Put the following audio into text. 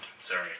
Sorry